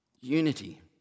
unity